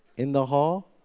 in the hall.